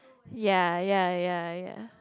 ya ya ya ya